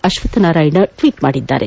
Ashwathnarayan tweet ಮಾಡಿದ್ದಾರೆ